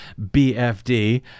BFD